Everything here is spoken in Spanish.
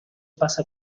pasa